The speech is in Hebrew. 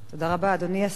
אדוני היושב-ראש,